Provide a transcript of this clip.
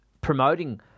promoting